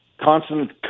constant